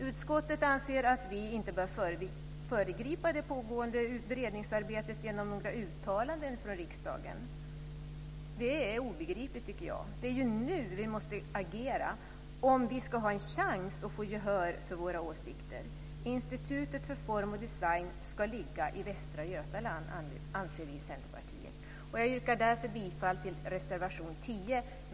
Utskottet anser att vi inte bör föregripa det pågående beredningsarbetet genom några uttalanden från riksdagen. Det är obegripligt, tycker jag. Det är ju nu vi måste agera, om vi ska ha en chans att få gehör för våra åsikter. Vi i Centerpartiet anser att institutet för form och design ska ligga i Västra Götaland. Jag yrkar därför bifall till reservation 10.